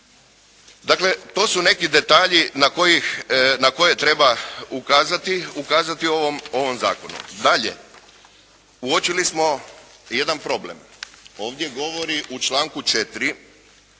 Dakle, to su neki detalji na koje treba ukazati, ukazati u ovom zakonu. Dalje, uočili smo jedan problem. Ovdje govori u članku 4.